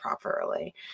properly